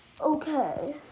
Okay